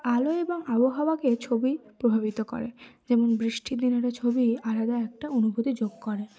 আলো এবং আবহাওয়াকে ছবি প্রভাবিত করে যেমন বৃষ্টির দিনেরা ছবি আলাদা একটা অনুভূতি যোগ করে